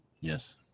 Yes